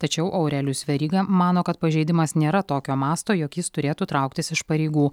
tačiau aurelijus veryga mano kad pažeidimas nėra tokio masto jog jis turėtų trauktis iš pareigų